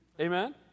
Amen